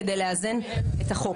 כדי לאזן את החוק.